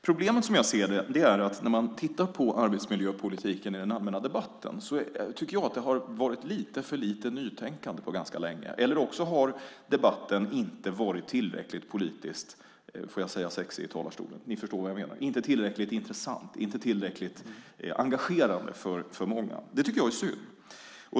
Problemet, som jag ser det, är att i den allmänna debatten om arbetsmiljöpolitiken har det varit lite för lite nytänkande ganska länge, eller också har debatten inte varit tillräckligt politiskt sexig - om jag får säga det i talarstolen, men ni förstår vad jag menar - inte tillräckligt intressant, inte tillräckligt engagerande för många. Det tycker jag är synd.